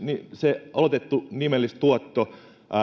se oletettu nimellistuotto